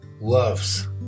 loves